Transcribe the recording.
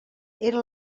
era